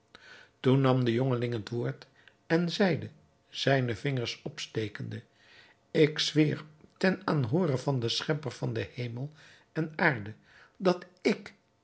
toen nam de jongeling het woord en zeide zijne vingers opstekende ik zweer ten aanhoore van den schepper van hemel en aarde dat ik